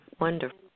Wonderful